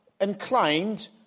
inclined